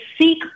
seek